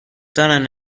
دارند